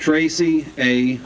tracy a